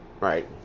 Right